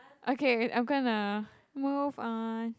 okay wait I'm gonna move on